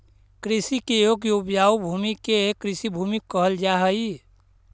कृषि के योग्य उपजाऊ भूमि के कृषिभूमि कहल जा हई